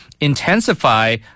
intensify